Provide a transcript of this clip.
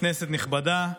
כנסת נכבדה,